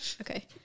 okay